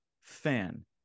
fan